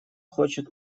хочет